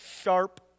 sharp